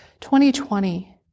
2020